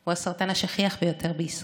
הוא הסרטן השכיח ביותר בישראל.